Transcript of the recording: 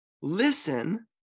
Listen